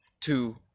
two